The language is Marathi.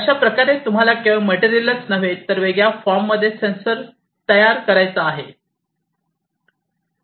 अशाप्रकारे तुम्हाला केवळ मटेरियलच नव्हे तर वेगळ्या फॉर्ममध्ये सेन्सर तयार करायचा आहे